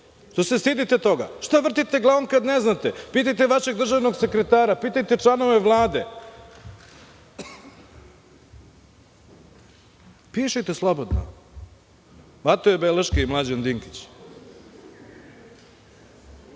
Što se stidite toga, što vrtite glavom kad neznate, pitajte vašeg državnog sekretara, pitajte članove Vlade. Pišite slobodno, hvatao je beleške i Mlađan Dinkić. Da